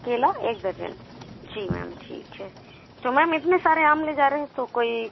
केला एक दर्जन जी मैम ठीक है तो मैम इतने सारे आम ले जा रहें तो कोई